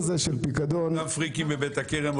אותם פריקים מבית הכרם,